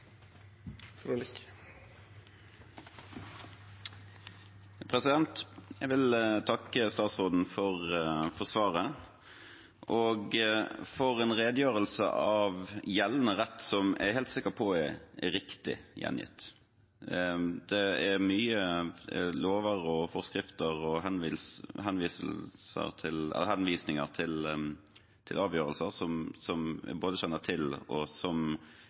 til dette. Jeg vil takke statsråden for svaret og for en redegjørelse av gjeldende rett, som jeg er helt sikker på er riktig gjengitt. Det er mye lover og forskrifter og henvisninger til avgjørelser som jeg både kjenner til, og som